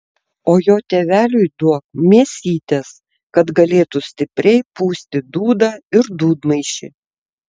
o jo tėveliui duok mėsytės kad galėtų stipriai pūsti dūdą ir dūdmaišį